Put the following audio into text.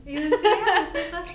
eh you say ah you say first